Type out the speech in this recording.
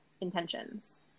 intentions